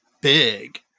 big